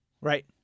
Right